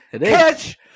Catch